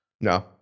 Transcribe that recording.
No